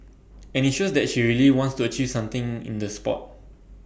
and IT shows that she really wants to achieve something in the Sport